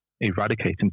eradicating